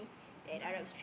no no